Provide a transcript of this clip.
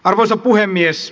arvoisa puhemies